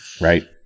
Right